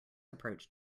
approach